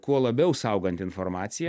kuo labiau saugant informaciją